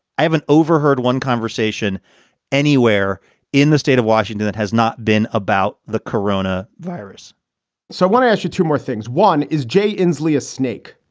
i haven't overheard one conversation anywhere in the state of washington that has not been about the corona virus so i want to ask you two more things. one is jay inslee a snake?